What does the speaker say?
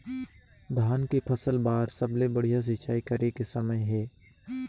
धान के फसल बार सबले बढ़िया सिंचाई करे के समय हे?